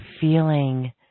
feeling